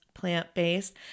Plant-based